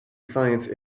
science